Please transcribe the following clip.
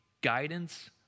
guidance